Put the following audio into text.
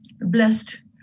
blessed